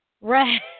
Right